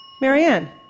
Marianne